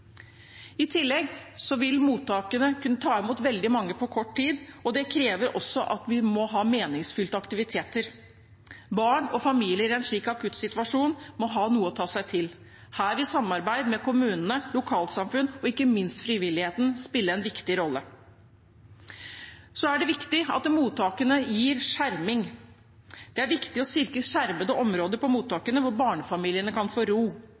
I tillegg vil mottakene kunne ta imot veldig mange på kort tid, og det krever også at vi må ha meningsfylte aktiviteter. Barn og familier i en slik akutt situasjon må ha noe å ta seg til. Her vil samarbeid med kommunene, lokalsamfunn og ikke minst frivilligheten spille en viktig rolle. Det er viktig at mottakene gir skjerming. Det er viktig å sikre skjermede områder på mottakene, hvor barnefamiliene kan få ro.